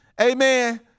amen